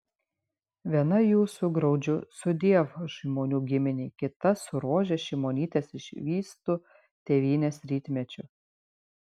viena jų su graudžiu sudiev šimonių giminei kita su rožės šimonytės išvystu tėvynės rytmečiu